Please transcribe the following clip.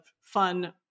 fun